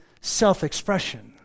self-expression